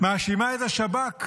מאשימה את השב"כ